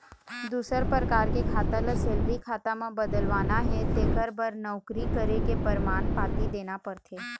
दूसर परकार के खाता ल सेलरी खाता म बदलवाना हे तेखर बर नउकरी करे के परमान पाती देना परथे